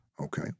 Okay